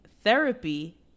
Therapy